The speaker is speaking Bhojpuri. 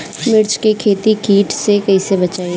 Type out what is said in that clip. मिर्च के खेती कीट से कइसे बचाई?